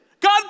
God